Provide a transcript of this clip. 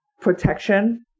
protection